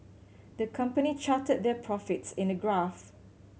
the company charted their profits in a graph